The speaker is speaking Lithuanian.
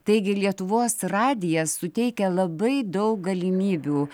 taigi lietuvos radijas suteikia labai daug galimybių